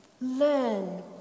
learn